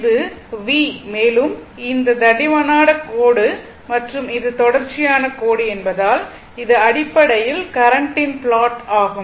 இது V மேலும் இந்த தடிமனான கோடு மற்றும் இது தொடர்ச்சியான கோடு என்பதால் இது அடிப்படையில் கரண்ட்டின் பிளாட் ஆகும்